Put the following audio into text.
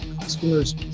customers